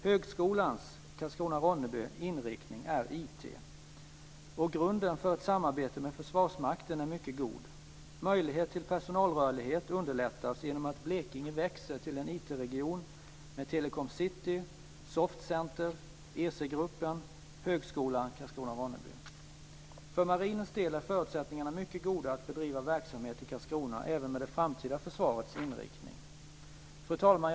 Högskolan Karlskrona Ronneby. För marinens del är förutsättningarna mycket goda att bedriva verksamhet i Karlskrona även med det framtida försvarets inriktning. Fru talman!